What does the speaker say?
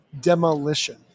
Demolition